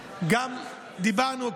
דיברנו,